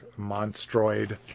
Monstroid